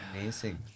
amazing